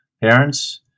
Parents